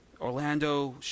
Orlando